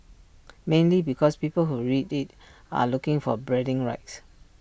mainly because people who read IT are looking for bragging rights